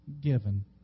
given